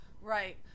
right